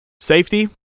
Safety